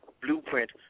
blueprint